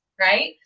right